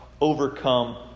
overcome